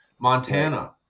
Montana